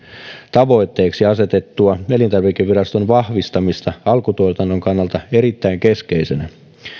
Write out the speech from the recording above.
tavoitteeksi asetettua elintarvikeviraston vahvistamista alkutuotannon kannalta erittäin keskeisenä